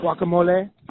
guacamole